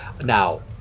Now